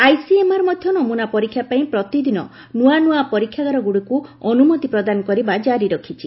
ICMR ମଧ୍ୟ ନମୁନା ପରୀକ୍ଷା ପାଇଁ ପ୍ରତିଦିନ ନୂଆନୂଆ ପରୀକ୍ଷାଗାରଗୁଡ଼ିକୁ ଅନୁମତି ପ୍ରଦାନ କରିବା ଜାରି ରଖିଛି